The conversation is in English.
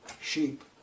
sheep